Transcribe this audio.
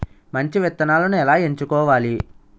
మంచి విత్తనాలను ఎలా ఎంచుకోవాలి?